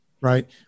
right